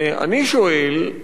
ואני שואל,